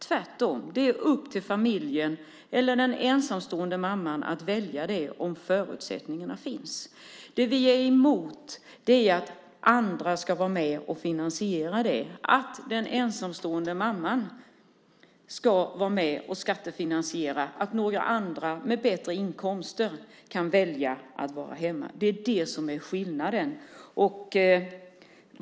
Tvärtom är det upp till familjen eller den ensamstående mamman att välja det om förutsättningarna finns. Det vi är emot är att andra ska vara med och finansiera detta. Vi är emot att den ensamstående mamman ska vara med och skattefinansiera att några andra med bättre inkomster kan välja att vara hemma. Det är skillnaden.